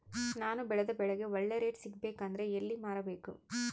ನಾನು ಬೆಳೆದ ಬೆಳೆಗೆ ಒಳ್ಳೆ ರೇಟ್ ಸಿಗಬೇಕು ಅಂದ್ರೆ ಎಲ್ಲಿ ಮಾರಬೇಕು?